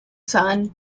sun